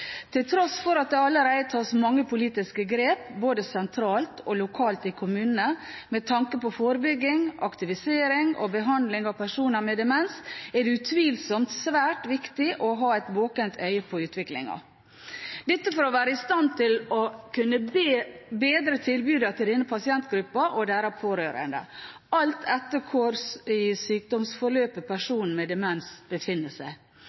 Til tross for at det allerede tas mange politiske grep både sentralt og lokalt i kommunene med tanke på forebygging, aktivisering og behandling av personer med demens, er det utvilsomt svært viktig å ha et våkent øye på utviklingen – dette for å være i stand til å kunne bedre tilbudet til denne pasientgruppen og deres pårørende, alt etter hvor i sykdomsforløpet personen med demens befinner seg.